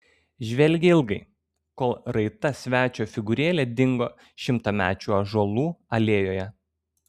žvelgė ilgai kol raita svečio figūrėlė dingo šimtamečių ąžuolų alėjoje